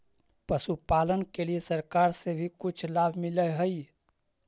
पशुपालन के लिए सरकार से भी कुछ लाभ मिलै हई?